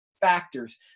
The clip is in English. factors